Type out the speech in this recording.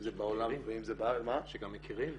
זה בעולם ואם זה בארץ -- שגם מכירים.